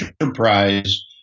enterprise